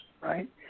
right